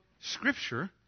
scripture